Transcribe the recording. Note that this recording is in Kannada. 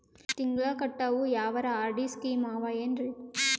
ತಿಂಗಳ ಕಟ್ಟವು ಯಾವರ ಆರ್.ಡಿ ಸ್ಕೀಮ ಆವ ಏನ್ರಿ?